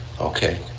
okay